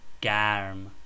garm